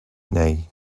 nej